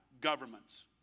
governments